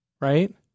right